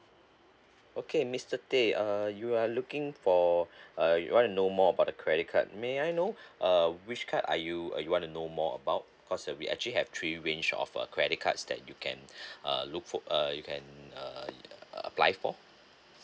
okay mister teh uh you are looking for uh you want to know more about the credit card may I know uh which card are you uh you want to know more about cause uh we actually have three range of uh credit cards that you can uh look for uh you can err apply for